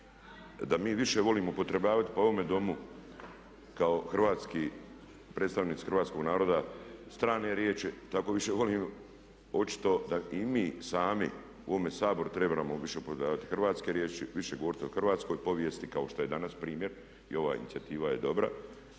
da mi više volimo …/Govornik se ne razumije. po ovome Domu kao hrvatski, predstavnici hrvatskog naroda strane riječi, tako više volim očito da i mi sami u ovom Saboru trebamo više upotrebljavati hrvatske riječi, više govoriti o hrvatskoj povijesti kao što je danas primjer i ova inicijativa je dobra.